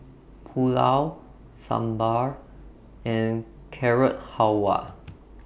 Pulao Sambar and Carrot Halwa